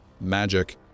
magic